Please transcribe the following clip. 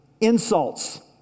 insults